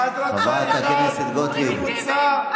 אי-אפשר להסתובב בירושלים.